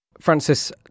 francis